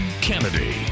Kennedy